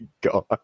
god